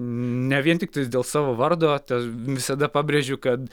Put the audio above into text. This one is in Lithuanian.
ne vien tiktais dėl savo vardo tą visada pabrėžiu kad